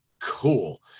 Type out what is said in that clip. cool